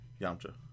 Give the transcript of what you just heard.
Yamcha